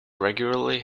regularly